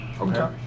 Okay